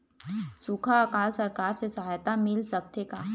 सुखा अकाल सरकार से सहायता मिल सकथे का?